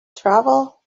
travel